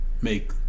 Make